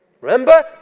Remember